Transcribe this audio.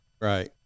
right